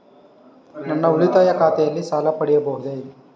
ನನ್ನ ಉಳಿತಾಯ ಖಾತೆಯಲ್ಲಿ ಸಾಲ ಪಡೆಯಬಹುದೇ?